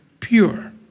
pure